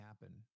happen